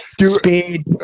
speed